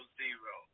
zero